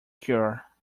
cure